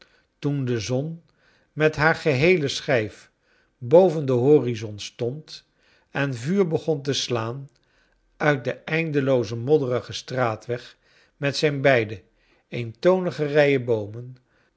toen de zon met haar geheele schijf boven den horizon stond en vuur begon te slaan uit den eindeloozen modderigen straatweg met zijn beide eentonige rijenboomen bewoog